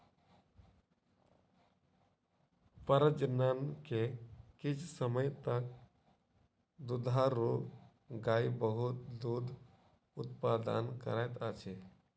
प्रजनन के किछ समय तक दुधारू गाय बहुत दूध उतपादन करैत अछि